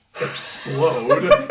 explode